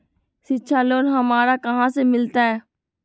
शिक्षा लोन हमरा कहाँ से मिलतै?